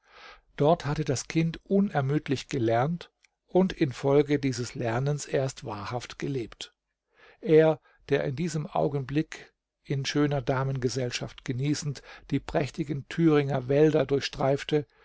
dort hatte das kind unermüdlich gelernt und infolge dieses lernens erst wahrhaft gelebt er der in diesem augenblick in schöner damengesellschaft genießend die prächtigen thüringer wälder durchstreifte